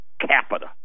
capita